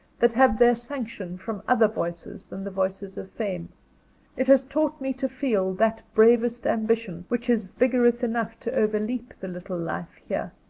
that have their sanction from other voices than the voices of fame it has taught me to feel that bravest ambition which is vigorous enough to overleap the little life here!